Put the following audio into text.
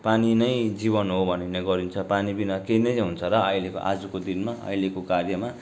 पानी नै जीवन हो भनिने गरिन्छ पानीबिना केही नै हुन्छ र अहिलेको आजको दिनमा अहिलेको कार्यमा